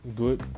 good